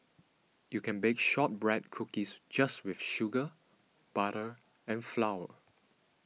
you can bake Shortbread Cookies just with sugar butter and flour